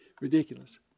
ridiculous